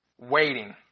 Waiting